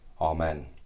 Amen